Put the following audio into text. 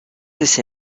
this